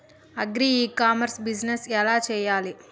Agri e commerce business ఎలా చెయ్యాలి?